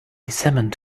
cement